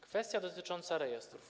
Kwestia dotycząca rejestrów.